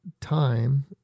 time